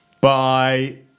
Bye